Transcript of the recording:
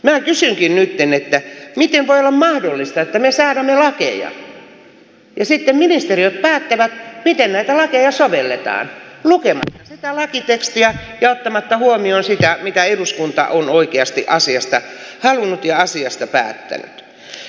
minä kysynkin nytten miten voi olla mahdollista että me säädämme lakeja ja sitten ministeriöt päättävät miten näitä lakeja sovelletaan lukematta sitä lakitekstiä ja ottamatta huomioon sitä mitä eduskunta on oikeasti asiasta halunnut ja asiasta päättänyt